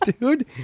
dude